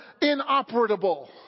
inoperable